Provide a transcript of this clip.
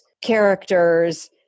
characters